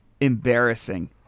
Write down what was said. embarrassing